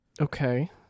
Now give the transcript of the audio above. Okay